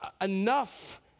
enough